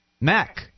Mac